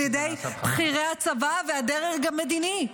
על ידי בכירי הצבא והדרג המדיני.